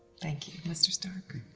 thank you, mr stark.